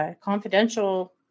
Confidential